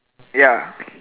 ya